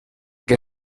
que